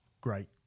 great